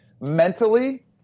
mentally